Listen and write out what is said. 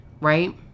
right